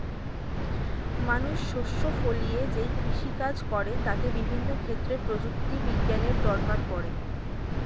মানুষ শস্য ফলিয়ে যেই কৃষি কাজ করে তাতে বিভিন্ন ক্ষেত্রে প্রযুক্তি বিজ্ঞানের দরকার পড়ে